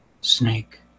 Snake